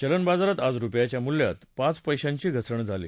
चलनबाजारात आज रुपयाच्या मुल्यात पाच पैशांनी घसरण झाली